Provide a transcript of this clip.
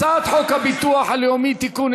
הצעת חוק הביטוח הלאומי (תיקון,